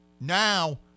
Now